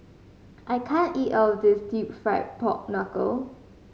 I can't eat all of this Deep Fried Pork Knuckle